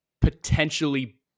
potentially